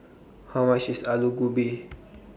How much IS Aloo Gobi